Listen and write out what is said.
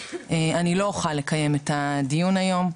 אני לא אוכל לקיים את הדיון היום.